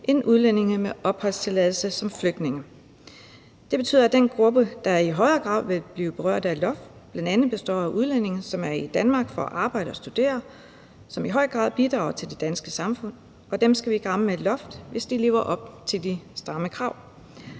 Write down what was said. end udlændinge med opholdstilladelse som flygtninge. Det betyder, at den gruppe, der i højere grad vil blive berørt af et loft, bl.a. består af udlændinge, som er i Danmark for at arbejde og studere, og som i høj grad bidrager til det danske samfund, og dem skal vi ikke ramme med et loft, hvis de lever op til de stramme krav.